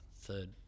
third